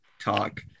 talk